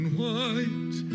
white